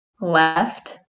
left